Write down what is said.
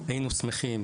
היינו שמחים